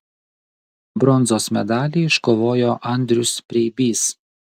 bronzos medalį iškovojo andrius preibys